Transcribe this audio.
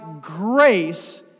grace